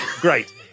Great